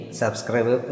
subscribe